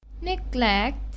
Neglect